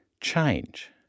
change